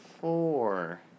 four